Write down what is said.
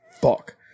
fuck